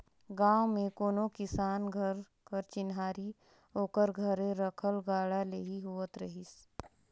गाँव मे कोनो किसान घर कर चिन्हारी ओकर घरे रखल गाड़ा ले ही होवत रहिस